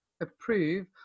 approve